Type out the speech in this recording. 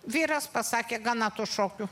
vyras pasakė gana tų šokių